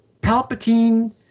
palpatine